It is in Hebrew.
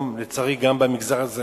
ולצערי היום גם במגזר הזה